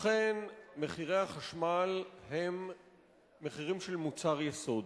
אכן, מחירי החשמל הם מחירים של מוצר יסוד,